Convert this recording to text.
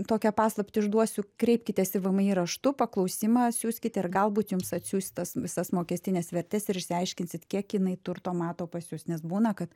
tokią paslaptį išduosiu kreipkitės į vmi raštu paklausimą siųskite galbūt jums atsiųs tas visas mokestines vertes ir išsiaiškinsit kiek jinai turto mato pas jus nes būna kad